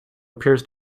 appears